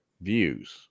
views